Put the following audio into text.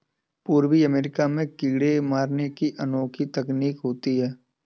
पूर्वी अमेरिका में कीड़े मारने की अनोखी तकनीक होती है